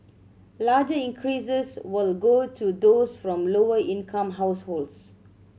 larger increases will go to those from lower income households